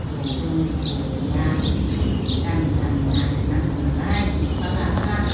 बबाव दं बबाव गैया गामि गामि नागिरनांगौ नालाय एमफौआ लाबा